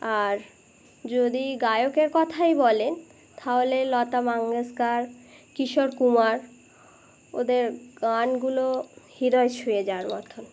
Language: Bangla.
আর যদি গায়কের কথাই বলেন তাহলে লতা মঙ্গেসকার কিশোর কুমার ওদের গানগুলো হৃদয় ছুঁয়ে যাওয়ার মতন